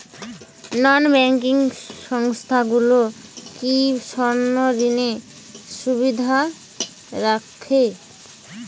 নন banking সংস্থাগুলো কি স্বর্ণঋণের সুবিধা রাখে?